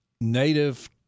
native